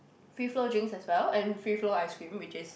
free flow drinks as well and free flow ice cream which is